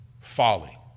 folly